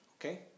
okay